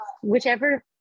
Whichever